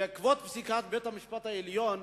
בעקבות פסיקת בית-המשפט העליון,